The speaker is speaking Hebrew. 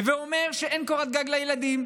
הווי אומר שאין קורת גג לילדים,